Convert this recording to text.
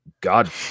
God